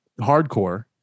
hardcore